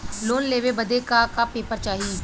Loan लेवे बदे का का पेपर चाही?